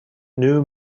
new